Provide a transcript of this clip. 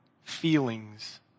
feelings